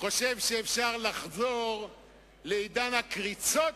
חושב שאפשר לחזור לעידן הקריצות,